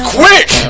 quick